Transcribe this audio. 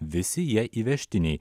visi jie įvežtiniai